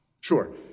Sure